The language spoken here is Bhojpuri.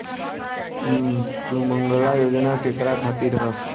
सुमँगला योजना केकरा खातिर ह?